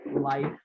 life